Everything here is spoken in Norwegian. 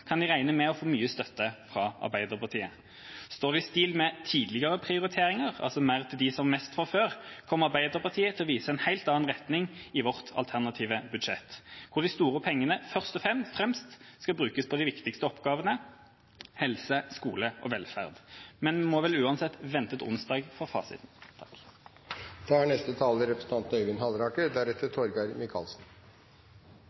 kan de regne med å få mye støtte fra Arbeiderpartiet. Står det i stil med tidligere prioriteringer – mer til dem som har mest fra før – kommer Arbeiderpartiet til å vise en helt annen retning i sitt alternative budsjett, hvor de store pengene først og fremst skal brukes på de viktigste oppgavene – helse, skole og velferd. Men vi må vel uansett vente til onsdag på fasiten. Siden jeg ser at den nye parlamentariske lederen i Arbeiderpartiet er